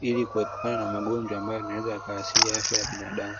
ili kuepukana na magonjwa ambayo yanaweza kuathiri afya ya binadamu.